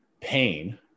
pain